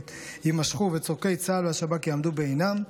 יימשכו וצורכי צה"ל והשב"כ יעמדו בעינם,